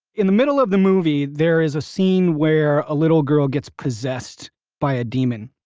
in the middle of the movie, there is a scene where a little girl gets possessed by a demon.